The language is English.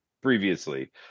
previously